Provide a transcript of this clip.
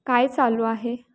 काय चालू आहे